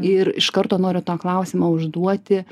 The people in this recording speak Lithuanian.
ir iš karto noriu tą klausimą užduoti